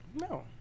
No